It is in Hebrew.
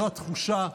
זו התחושה.